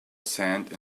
sand